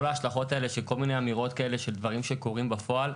כל השלכות האלה של כל מיני אמירות כאלה של דברים שקורים בפועל,